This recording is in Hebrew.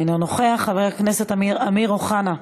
אינו נוכח, חבר הכנסת אמיר אוחנה,